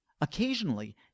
Occasionally